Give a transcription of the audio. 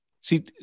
See